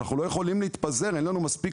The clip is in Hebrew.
אנחנו לא יכולים להתפזר; אין לנו מספיק